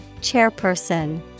Chairperson